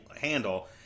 handle